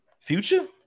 Future